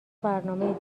برنامه